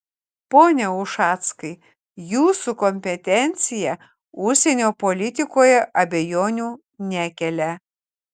pone ušackai jūsų kompetencija užsienio politikoje abejonių nekelia